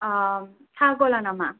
साहा गला नामा